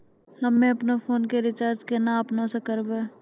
हम्मे आपनौ फोन के रीचार्ज केना आपनौ से करवै?